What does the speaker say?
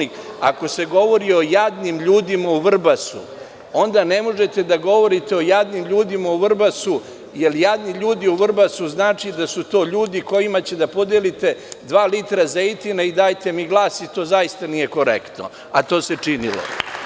Ako se govori o jadnim ljudima u Vrbasu onda ne možete da govorite o jadnim ljudima u Vrbasu, jer jadni ljudi u Vrbasu znači da su to ljudi kojima podelite dva litra zejtina da vam daju glas i to zaista nije korektno, a to se činilo.